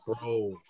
bro